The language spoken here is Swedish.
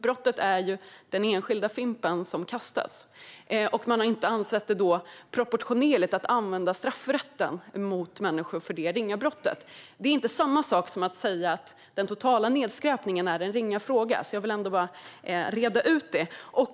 Brottet är ju att kasta den enskilda fimpen. Man har då inte ansett det proportionerligt att använda straffrätten mot människor för det ringa brottet. Det är inte samma sak som att säga att den totala nedskräpningen är en ringa fråga; jag vill bara reda ut det.